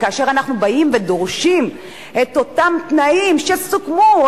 וכאשר אנחנו באים ודורשים את אותם תנאים שסוכמו,